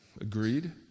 Agreed